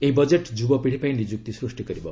ଏହି ବଜେଟ୍ ଯୁବପିଢ଼ିପାଇଁ ନିଯୁକ୍ତି ସ୍ଦୃଷ୍ଟି କରିବ